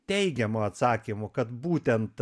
teigiamų atsakymų kad būtent